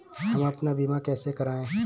हम अपना बीमा कैसे कराए?